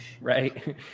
Right